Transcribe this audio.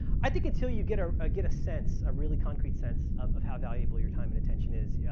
i think it's so you get ah ah get a sense, a really concrete sense of how valuable your time and attention is. yeah